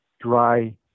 dry